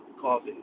coffee